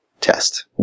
test